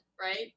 right